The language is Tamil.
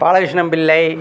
பாலகிருஷ்ணம் பிள்ளை